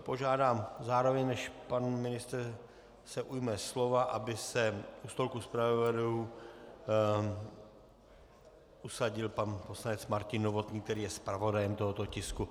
Požádám zároveň, než se pan ministr ujme slova, aby se u stolku zpravodajů usadil pan poslanec Martin Novotný, který je zpravodajem tohoto tisku.